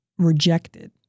rejected